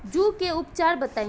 जूं के उपचार बताई?